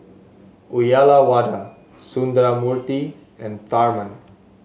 Uyyalawada Sundramoorthy and Tharman